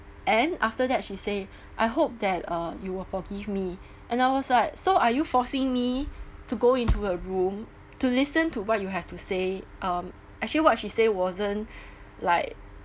and after that she say I hope that uh you will forgive me and I was like so are you forcing me to go into a room to listen to what you have to say um actually what she say wasn't like